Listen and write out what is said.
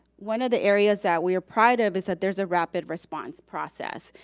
one of the areas that we are proud of is that there's a rapid response process.